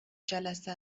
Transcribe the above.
جلسه